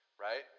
Right